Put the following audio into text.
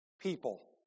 people